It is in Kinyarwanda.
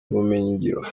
ubumenyingiro